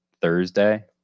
Thursday